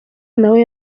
nawe